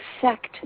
sect